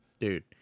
Dude